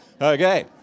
Okay